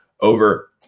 over